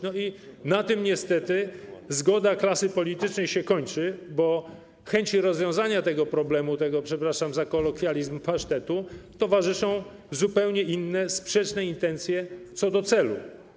Na tym niestety zgoda klasy politycznej się kończy, bo chęci rozwiązania tego problemu, przepraszam za kolokwializm, tego pasztetu towarzyszą zupełnie inne, sprzeczne intencje co do celu.